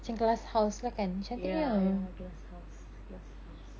ya ya glasshouse glass house